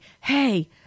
hey